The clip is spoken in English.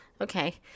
Okay